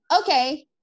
okay